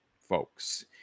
folks